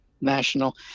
national